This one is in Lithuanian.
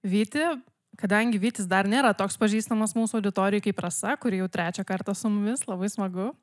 vytį kadangi vytis dar nėra toks pažįstamas mūsų auditorijoj kaip rasa kuri jau trečią kartą su mumis labai smagu